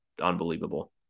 unbelievable